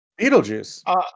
Beetlejuice